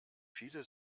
viele